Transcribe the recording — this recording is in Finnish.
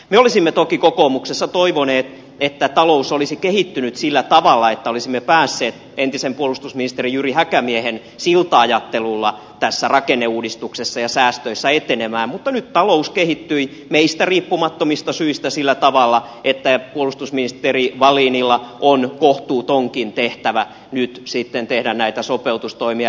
me olisimme toki kokoomuksessa toivoneet että talous olisi kehittynyt sillä tavalla että olisimme päässeet entisen puolustusministeri jyri häkämiehen silta ajattelulla tässä rakenneuudistuksessa ja säästöissä etenemään mutta nyt talous kehittyi meistä riippumattomista syistä sillä tavalla että puolustusministeri wallinilla on kohtuutonkin tehtävä nyt sitten tehdä näitä sopeutustoimia